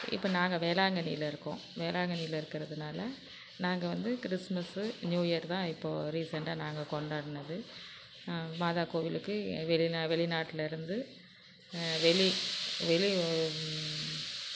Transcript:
இப்போ நாங்கள் வேளாங்கண்ணியில இருக்கோம் வேளாங்கண்ணியில இருக்கிறதுனால நாங்கள் வந்து கிறிஸ்மஸு நியூஇயர் தான் இப்போது ரீசண்ட்டாக நாங்கள் கொண்டாடுனது மாதா கோவிலுக்கு வெளிநா வெளிநாட்டில இருந்து வெளி வெளி